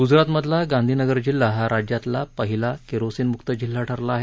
गुजरातमधला गांधीनगर जिल्हा हा राज्यातला पहिला केरोसीनमुक्त जिल्हा ठरला आहे